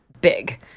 big